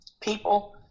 People